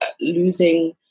losing